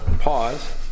pause